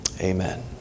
Amen